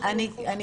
--- כן, כן.